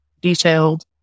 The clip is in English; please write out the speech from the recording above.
detailed